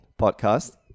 podcast